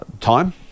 time